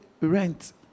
rent